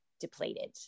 depleted